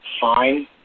fine